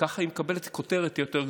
ככה היא מקבלת כותרת יותר גדולה.